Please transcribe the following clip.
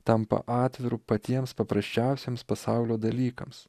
tampa atviru patiems paprasčiausiems pasaulio dalykams